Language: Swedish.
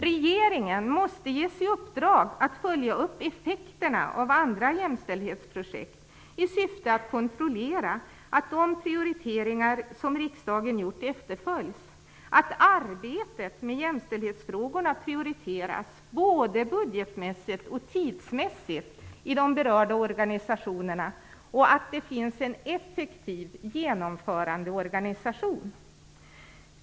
Regeringen måste ges i uppdrag att följa upp effekterna av andra jämställdhetsprojekt i syfte att kontrollera att de prioriteringar som riksdagen gjort efterföljs, att arbetet med jämställdhetsfrågorna prioriteras - både budgetmässigt och tidsmässigt i de berörda organisationerna - och att det finns en effektiv genomförandeorganisation.